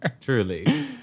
Truly